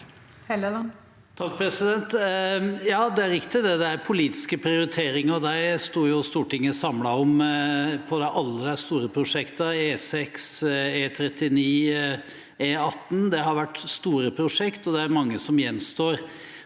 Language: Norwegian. (H) Ja, det er riktig, det er politiske prioriteringer, og de sto Stortinget samlet om for alle de store prosjektene – E6, E39, E18. Det har vært store prosjekt, og det er mange som gjenstår.